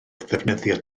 ddefnyddio